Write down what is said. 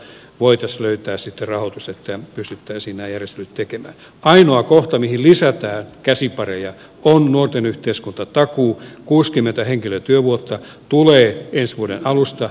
oikeus lykkäsi tero sitten kysyttäisiin edes vikin ainoa kohta mihin lisätään käsipareja on nuorten yhteiskuntatakuu kuusikymmentä henkilötyövuotta tulee ensi vuoden alusta